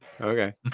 Okay